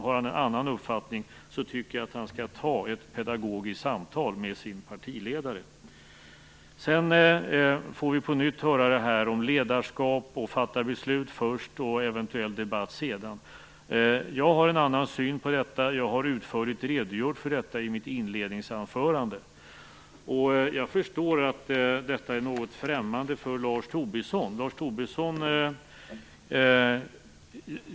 Har han en annan uppfattning tycker jag att han skall ta ett pedagogiskt samtal med sin partiledare. Sedan får vi på nytt höra detta om ledarskap och om att fatta beslut först och ta eventuell debatt sedan. Jag har en annan syn på detta, och jag har utförligt redogjort för detta i mitt inledningsanförande. Jag förstår att detta är något främmande för Lars Tobisson.